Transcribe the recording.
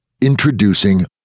Introducing